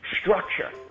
structure